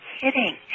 kidding